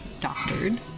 doctored